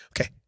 Okay